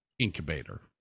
incubator